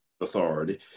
authority